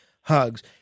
Hugs